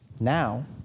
Now